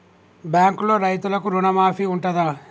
బ్యాంకులో రైతులకు రుణమాఫీ ఉంటదా?